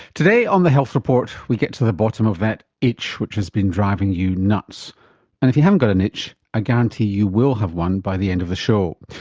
today on the health report we get to the bottom of that itch which has been driving you nuts. and if you haven't got an itch i guarantee you will have one by the end of the show.